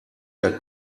der